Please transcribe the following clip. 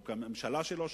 או הממשלה שלו שכחה,